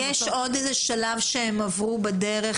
יש עוד איזה שלב שהם עברו בדרך,